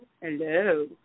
Hello